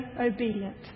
obedient